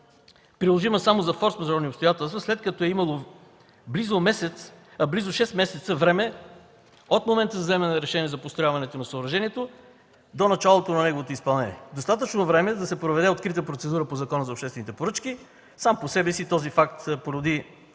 приложима само за форсмажорни обстоятелства, след като е имало близо 6 месеца време от момента на вземането на решение за построяването на съоръжението до началото на неговото изпълнение – достатъчно време да се проведе открита процедура по Закона за обществените поръчки. Сам по себе си този факт породи